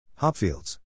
Hopfields